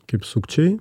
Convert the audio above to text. kaip sukčiai